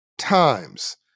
times